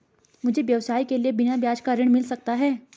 मुझे व्यवसाय के लिए बिना ब्याज का ऋण मिल सकता है?